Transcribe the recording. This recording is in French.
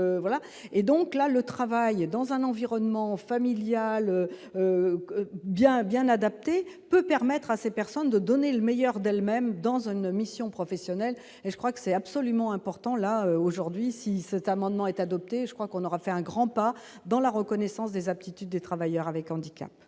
et donc là le travailler dans un environnement familial bien bien adaptée peut permettre à ces personnes de donner le meilleur d'elle-même dans un une mission professionnelle et je crois que c'est absolument important là aujourd'hui 6 amendement est adopté, je crois qu'on aura fait un grand pas dans la reconnaissance des aptitudes des travailleurs avec handicap.